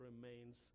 remains